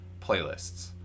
playlists